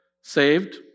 saved